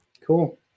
Cool